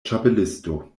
ĉapelisto